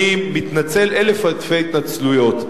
אני מתנצל אלף אלפי התנצלויות.